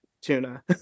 tuna